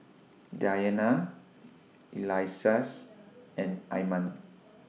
Dayana Elyas and Iman